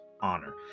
honor